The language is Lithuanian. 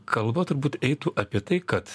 kalba turbūt eitų apie tai kad